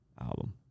album